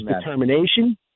determination